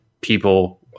people